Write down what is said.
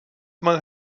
einmal